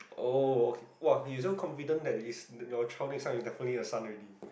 oh okay !wah! you so confident that yours the your child next one is definitely a son already